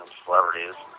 celebrities